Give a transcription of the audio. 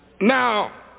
Now